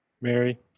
Mary